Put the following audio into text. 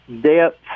depth